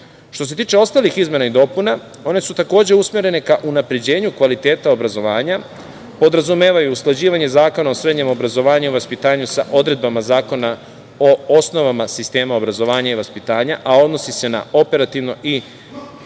se tiče ostalih izmena i dopuna, one su takođe usmerene ka unapređenju kvaliteta obrazovanja, podrazumevaju usklađivanje zakona o srednjem obrazovanju i vaspitanju sa odredbama Zakona o osnovama sistema obrazovanja i vaspitanja, a odnosi se na operativno i